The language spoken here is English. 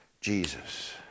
Jesus